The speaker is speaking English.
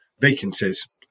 vacancies